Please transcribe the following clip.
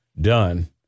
done